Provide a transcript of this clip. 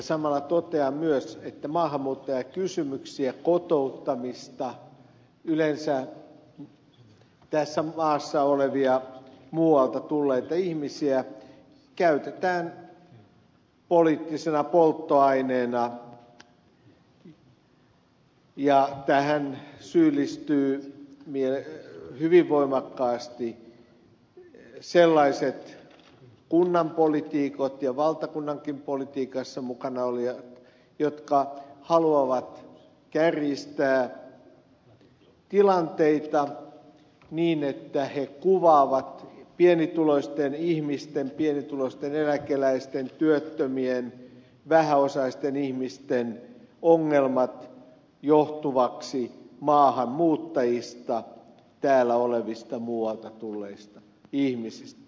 samalla totean myös että maahanmuuttajakysymyksiä kotouttamista yleensä tässä maassa olevia muualta tulleita ihmisiä käytetään poliittisena polttoaineena ja tähän syyllistyvät hyvin voimakkaasti sellaiset kunnan poliitikot ja valtakunnankin politiikassa mukana olevat jotka haluavat kärjistää tilanteita niin että he kuvaavat pienituloisten ihmisten pienituloisten eläkeläisten työttömien vähäosaisten ongelmat johtuviksi maahanmuuttajista täällä olevista muualta tulleista ihmisistä